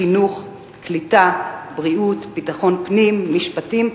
חינוך, קליטה, בריאות, ביטחון פנים, משפטים,